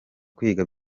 kwiga